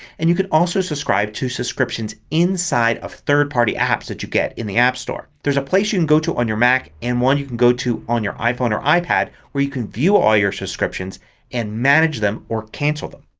and you can also subscribe to subscriptions inside of third party apps that you get in the app store. there's a place you can go to on your mac and one you can go to on your iphone or ipad where you can view all your subscriptions and manage them or cancel them.